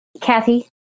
Kathy